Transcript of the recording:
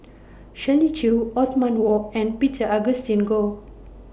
Shirley Chew Othman Wok and Peter Augustine Goh